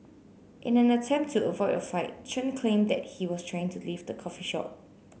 in an attempt to avoid a fight Chen claimed that he was trying to leave the coffee shop